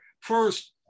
first